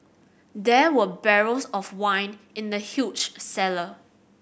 there were barrels of wine in the huge cellar